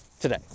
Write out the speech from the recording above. today